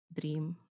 dream